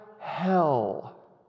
hell